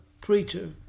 preacher